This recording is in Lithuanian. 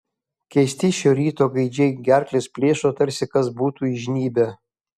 keisti šio ryto gaidžiai gerkles plėšo tarsi kas būtų įžnybę